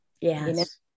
Yes